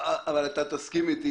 אבל אתה תסכים איתי,